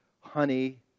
honey